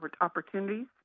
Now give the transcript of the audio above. opportunities